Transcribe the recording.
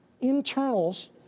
internals